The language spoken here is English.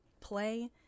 play